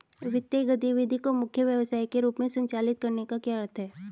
वित्तीय गतिविधि को मुख्य व्यवसाय के रूप में संचालित करने का क्या अर्थ है?